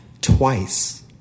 twice